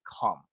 come